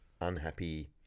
unhappy